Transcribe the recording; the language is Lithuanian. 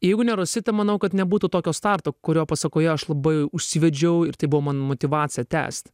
jeigu ne rosita manau kad nebūtų tokio starto kurio pasekoje aš labai užsivedžiau ir tai buvo man motyvacija tęst